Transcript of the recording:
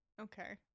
Okay